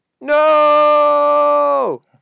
no